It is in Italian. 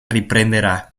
riprenderà